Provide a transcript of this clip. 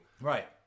Right